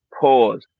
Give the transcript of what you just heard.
pause